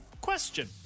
Question